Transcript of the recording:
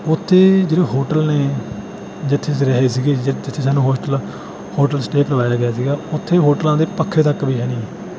ਉੱਥੇ ਜਿਹੜੇ ਹੋਟਲ ਨੇ ਜਿੱਥੇ ਅਸੀਂ ਰਹੇ ਸੀਗੇ ਜਿੱਥੇ ਸਾਨੂੰ ਹੋਸਟਲ ਹੋਟਲ ਸਟੇਅ ਕਰਵਾਇਆ ਗਿਆ ਸੀਗਾ ਉੱਥੇ ਹੋਟਲਾਂ ਦੇ ਪੱਖੇ ਤੱਕ ਵੀ ਹੈ ਨਹੀਂ